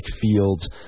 fields